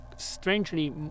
strangely